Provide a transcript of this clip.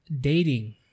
dating